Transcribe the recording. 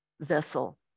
vessel